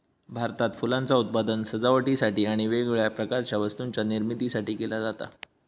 भारतात फुलांचा उत्पादन सजावटीसाठी आणि वेगवेगळ्या प्रकारच्या वस्तूंच्या निर्मितीसाठी केला जाता